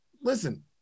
Listen